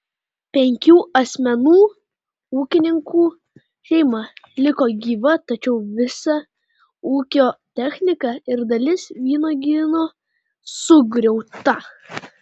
penkių asmenų ūkininkų šeima liko gyva tačiau visa ūkio technika ir dalis vynuogyno sugriauta